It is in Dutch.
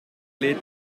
gleed